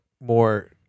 more